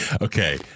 Okay